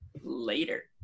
later